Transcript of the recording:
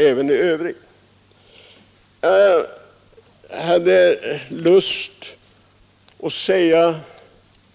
Jag vill uttala